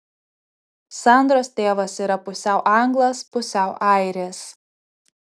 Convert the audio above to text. sandros tėvas yra pusiau anglas pusiau airis